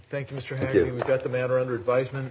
thank you mr have you got the matter under advisement